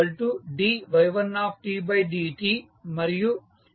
x2 dy1dt మరియు x3 y2t